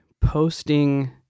posting